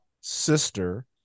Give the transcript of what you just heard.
sister